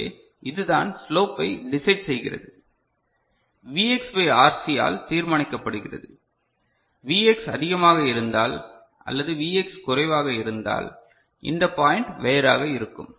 எனவே இதுதான் ஸ்லோப்பை டிசைட் செய்கிறது Vx பை RC ஆல் தீர்மானிக்கிறது Vx அதிகமாக இருந்தால் அல்லது Vx குறைவாக இருந்தால் இந்த பாயிண்ட் வேறாக இருக்கும்